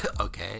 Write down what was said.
okay